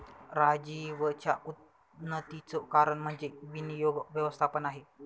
राजीवच्या उन्नतीचं कारण म्हणजे विनियोग व्यवस्थापन आहे